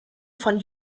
von